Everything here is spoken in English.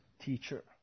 teacher